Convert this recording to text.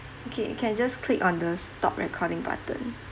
okay you can just click on the stop recording button